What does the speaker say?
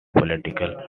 political